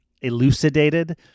elucidated